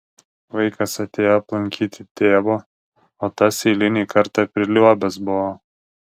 vaikas atėjo aplankyti tėvo o tas eilinį kartą priliuobęs buvo